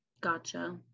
gotcha